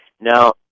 Now